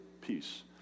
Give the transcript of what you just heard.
peace